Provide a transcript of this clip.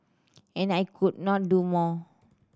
and I could not do more